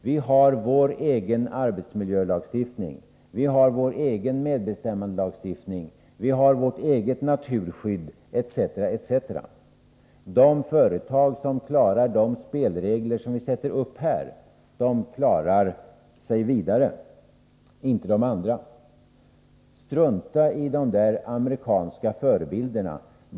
Vi har vår egen arbetsmiljölagstiftning, vi har vår egen medbestämmandelagstiftning, vi har vår egen naturskyddslagstiftning, etc. De företag som klarar de spelregler som vi sätter upp här klarar sig vidare, Nr 68 inte de andra. Strunta i de där amerikanska förebilderna!